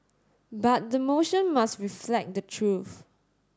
but the motion must reflect the truth